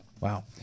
Wow